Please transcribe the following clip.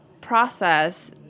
process